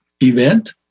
event